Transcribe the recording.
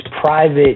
private